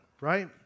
right